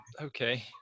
okay